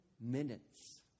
minutes